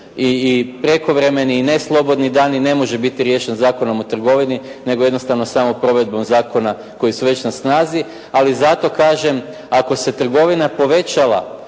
i prekovremeni i neslobodni dani ne može biti riješen Zakonom o trgovini, nego jednostavno samo provedbom zakona koji su već na snazi. Ali zato kažem, ako se trgovina povećala